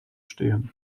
stehen